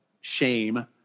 shame